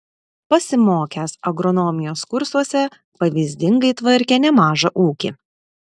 pasimokęs agronomijos kursuose pavyzdingai tvarkė nemažą ūkį